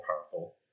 powerful